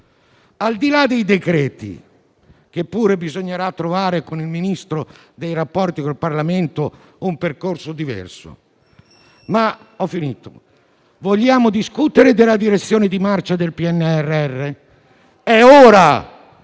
Al di là dei decreti - su cui pure bisognerà trovare con il Ministro per i rapporti con il Parlamento un percorso diverso - vogliamo discutere della direzione di marcia del PNRR? È ora.